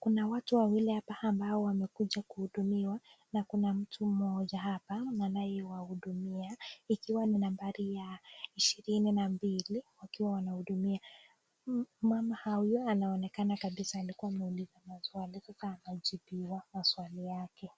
Kuna watu wawili hapa ambao wamekuja kuhudumiwa na kuna mtu mmoja hapa anayewahudumia ikiwa ni nambari ya ishirini na mbili akiwa anahudumia Mama hawi anaonekana kabisa alikuwa anauliza maswali ,sasa anajibiwa maswali yake.